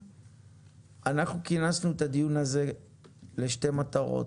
אנחנו כינסנו את הדיון הזה לשתי מטרו.